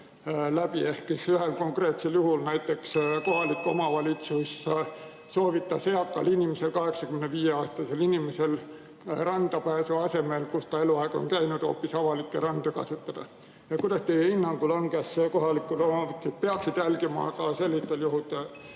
läbi. Ühel konkreetsel juhul kohalik omavalitsus soovitas eakal inimesel, 85-aastasel inimesel, randa pääsu asemel, kus ta eluaeg on käinud, hoopis avalikku randa kasutada. Kuidas teie hinnangul on, kas kohalikud omavalitsused peaksid jälgima ka sellisel juhul